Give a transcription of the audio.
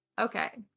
Okay